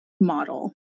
model